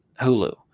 Hulu